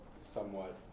somewhat